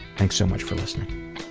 thanks so much for listening